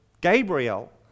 Gabriel